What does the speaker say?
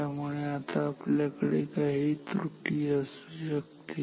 त्यामुळे आता आपल्याकडे काही त्रुटी असू शकते